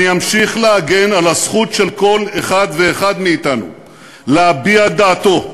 אני אמשיך להגן על הזכות של כל אחד ואחד מאתנו להביע את דעתו.